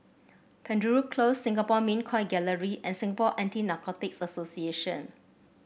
Penjuru Close Singapore Mint Coin Gallery and Singapore Anti Narcotics Association